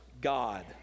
God